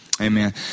Amen